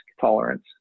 tolerance